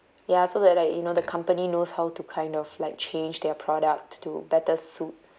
ya so that like you know the company knows how to kind of like change their product to better suit